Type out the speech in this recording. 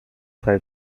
drei